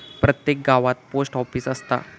प्रत्येक गावात post office असता